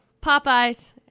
Popeyes